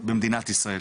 במדינת ישראל,